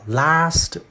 last